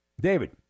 David